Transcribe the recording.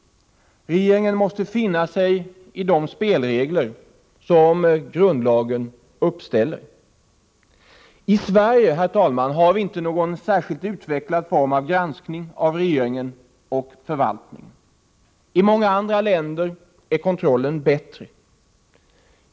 Regeringen måste finna sig i de spelregler som 3 grundlagen uppställer. I Sverige, herr talman, har vi inte någon särskilt utvecklad form av granskning av regeringen och förvaltningen. I många andra länder är kontrollen bättre.